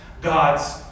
God's